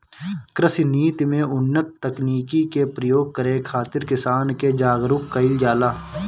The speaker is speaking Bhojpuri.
कृषि नीति में उन्नत तकनीकी के प्रयोग करे खातिर किसान के जागरूक कईल जाला